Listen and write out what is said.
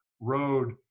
road